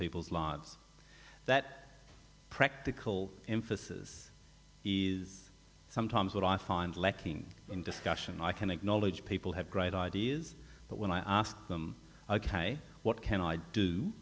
people's lives that practical emphasis is sometimes what i find lacking in discussion i can acknowledge people have great ideas but when i ask them ok what can i do